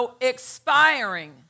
expiring